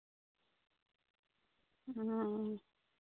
ᱦᱩᱸ